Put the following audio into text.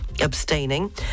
abstaining